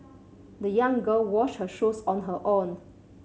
the young girl washed her shoes on her own